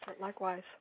Likewise